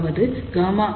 அதாவது Γout ΓL1